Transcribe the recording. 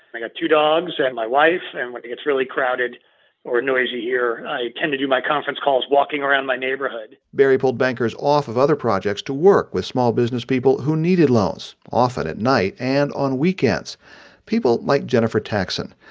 i got two dogs and my wife. and when it gets really crowded or noisy here, i tend to do my conference calls walking around my neighborhood barry pulled bankers off of other projects to work with small-business people who needed loans, often at night and on weekends people like jennifer taxson.